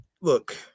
look